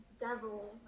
devil